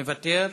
מוותר,